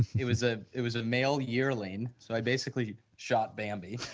it was ah it was a male yearling, so i basically shot bambi.